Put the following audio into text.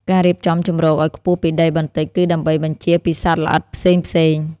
ការរៀបចំជម្រកឱ្យខ្ពស់ពីដីបន្តិច គឺដើម្បីបញ្ចៀសពីសត្វល្អិតផ្សេងៗ។